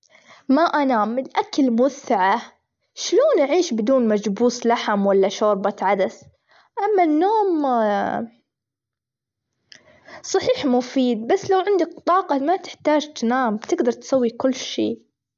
ما أنام الأكل متعة إيش لون أعيش بدون مجبوس لحم ولا شوربة عدس أما النوم صحيح مفيد بس لو عندك طاقة ما تحتاج تنام تجدر تسوي كل شي.